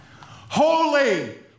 Holy